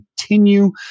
continue